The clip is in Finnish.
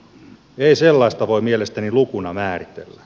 ei sellaista voi mielestäni lukuna määritellä